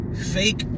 Fake